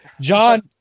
John